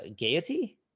gaiety